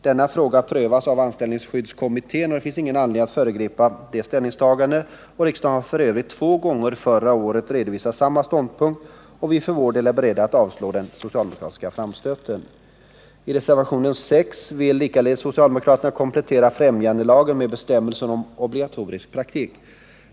Denna fråga prövas av anställningsskyddskommittén, och det finns ingen anledning att föregripa kommitténs ställningstagande. Riksdagen har f.ö. två gånger förra året redovisat samma ståndpunkt, och för vår del är vi beredda att också nu avslå den socialdemokratiska framstöten. I reservationen 6 vill likaledes socialdemokraterna komplettera främjandelagen med bestämmelser om obligatorisk praktik.